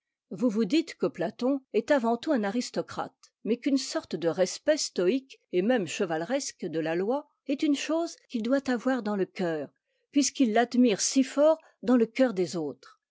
vous vous dites que platon est avant tout un aristocrate mais qu'une sorte de respect stoïque et même chevaleresque de la loi est une chose qu'il doit avoir dans le cœur puisqu'il l'admire si fort dans le cœur des autres